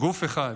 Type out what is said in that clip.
גוף אחד,